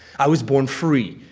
i was born free,